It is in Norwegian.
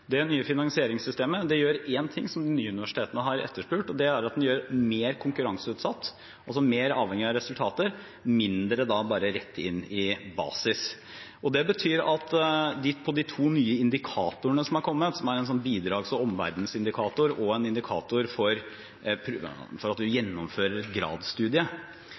Det nye finansieringssystemet gjør én ting som de nye universitetene har etterspurt, og det er at det blir mer konkurranseutsatt, altså mer avhengig av resultater og mindre rett inn i basis. Med de to nye indikatorene som er kommet, en bidrags- og omverdensindikator og en indikator for at en gjennomfører et